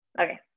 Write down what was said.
Okay